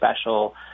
special